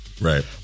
Right